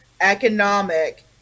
economic